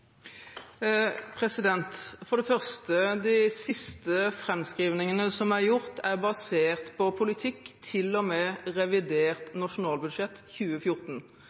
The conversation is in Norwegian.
For det første: De siste framskrivningene som er gjort, er basert på politikk til og med revidert nasjonalbudsjett for 2014.